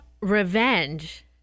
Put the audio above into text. revenge